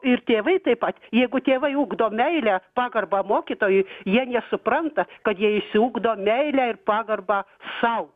ir tėvai taip pat jeigu tėvai ugdo meilę pagarbą mokytojui jie nesupranta kad jie išsiugdo meilę ir pagarbą sau